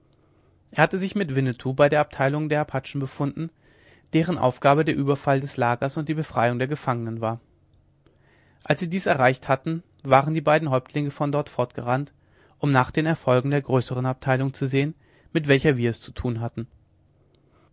er hatte sich mit winnetou bei der abteilung der apachen befunden deren aufgabe der ueberfall des lagers und die befreiung der gefangenen war als sie dies erreicht hatten waren die beiden häuptlinge von dort fortgerannt um nach den erfolgen der größeren abteilung zu sehen mit welcher wir es zu tun hatten